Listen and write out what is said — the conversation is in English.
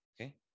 okay